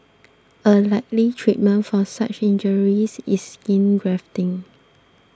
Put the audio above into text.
a likely treatment for such injuries is skin grafting